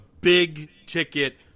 big-ticket